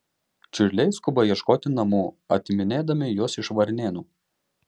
čiurliai skuba ieškoti namų atiminėdami juos iš varnėnų